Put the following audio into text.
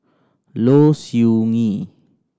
Low Siew Nghee